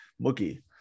Mookie